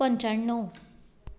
पंच्याणव